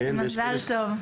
מזל טוב.